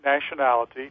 nationality